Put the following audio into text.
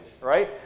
right